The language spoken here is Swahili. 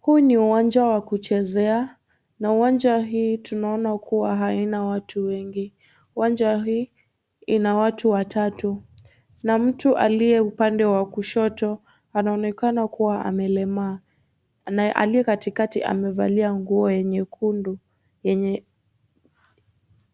Huu ni uwanja wa kuchezea, na uwanja hii tunaona kuwa haina watu wengi. Uwanja hii ina watu watatu, mtu alie upande wa kushoto anaonekana kuwa amelemaa na aliye katikati amevalia nguo ya nyekundu yenye